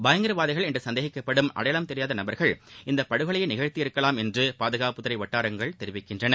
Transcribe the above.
பயங்கரவாதிகள் என்று சந்தேகிக்கப்படும் அடையாளம் தெரியாத நபர்கள் இந்த படுகொலையை நிகழ்த்தியிருக்கலாம் என்று பாதுகாப்புத்துறை வட்டாரங்கள் தெரிவித்துள்ளன